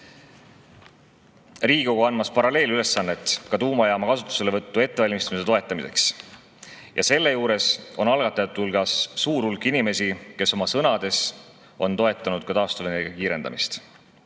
Riigikogu andmas paralleelülesannet ka tuumajaama kasutuselevõtu ettevalmistamise toetamiseks. Sealjuures on algatajate hulgas suur hulk inimesi, kes oma sõnades on toetanud ka taastuvenergia kiirendamist.